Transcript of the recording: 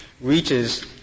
reaches